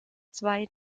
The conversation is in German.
zwei